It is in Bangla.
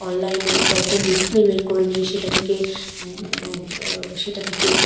অনলাইনে বা কোনো ডিসপ্লে বের করে নিয়ে সেটা থেকে সেটা থেকে